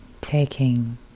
taking